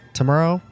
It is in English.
tomorrow